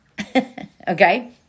okay